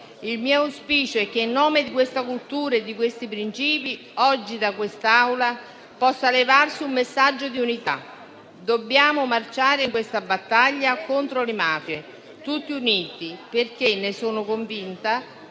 Il mio auspicio è che in nome di questa cultura e di questi principi oggi da quest'Aula possa levarsi un messaggio di unità. Dobbiamo marciare in questa battaglia contro le mafie, tutti uniti, perché - ne sono convinta